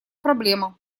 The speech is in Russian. проблема